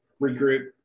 regroup